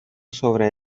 sobre